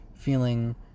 feeling